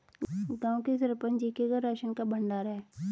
गांव के सरपंच जी के घर राशन का भंडार है